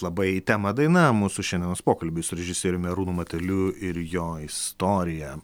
labai į temą daina mūsų šiandienos pokalbiui su režisieriumi arūnu mateliu ir jo istorija